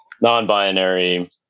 non-binary